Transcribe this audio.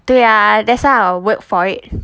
对呀 that's I'll work for it